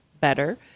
better